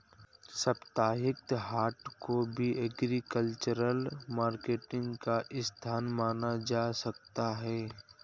साप्ताहिक हाट को भी एग्रीकल्चरल मार्केटिंग का स्थान माना जा सकता है